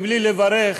בלי לברך